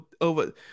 over